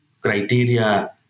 criteria